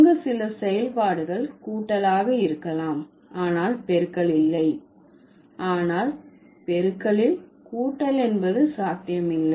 அங்கு சில செயல்பாடுகள் கூட்டல் ஆக இருக்கலாம் ஆனால் பெருக்கல் இல்லை ஆனால் பெருக்களில் கூட்டல் என்பது சாத்தியமில்லை